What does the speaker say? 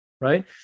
right